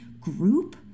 group